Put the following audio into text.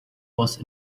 was